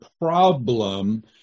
problem